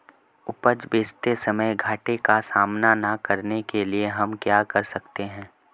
उपज बेचते समय घाटे का सामना न करने के लिए हम क्या कर सकते हैं?